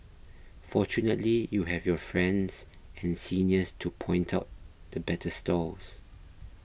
fortunately you have your friends and seniors to point out the better stalls